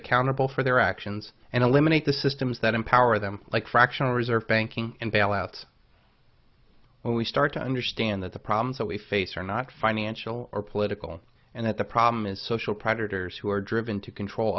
accountable for their actions and eliminate the systems that empower them like fractional reserve banking and bailouts when we start to understand that the problems that we face are not financial or political and it the problem is social privateers who are driven to control